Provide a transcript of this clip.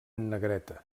negreta